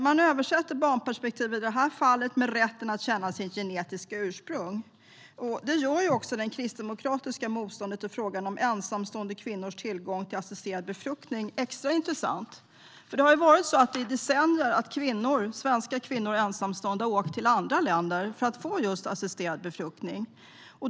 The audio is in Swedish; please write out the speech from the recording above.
Man översätter i det här fallet barnperspektivet till rätten att känna till sitt genetiska ursprung. Det gör det kristdemokratiska motståndet i frågan om ensamstående kvinnors tillgång till assisterad befruktning extra intressant. Det har nämligen varit så att svenska ensamstående kvinnor i decennier har åkt till andra länder för att få just assisterad befruktning.